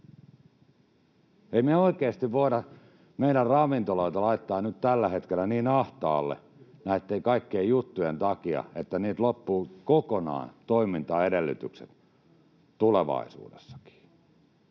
Emme me oikeasti voi meidän ravintoloita laittaa nyt tällä hetkellä niin ahtaalle näitten kaikkien juttujen takia, että niiltä loppuu kokonaan toimintaedellytykset tulevaisuudessakin.